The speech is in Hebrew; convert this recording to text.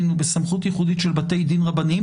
הוא בסמכות ייחודית של בתי דין רבניים,